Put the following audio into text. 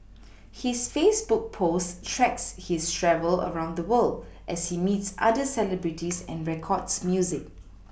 his Facebook posts track his travels around the world as he meets other celebrities and records music